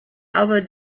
other